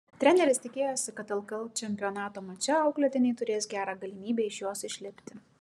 treneris tikėjosi kad lkl čempionato mače auklėtiniai turės gerą galimybę iš jos išlipti